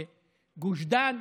בגוש דן.